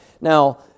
Now